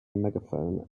megaphone